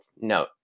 No